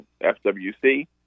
FWC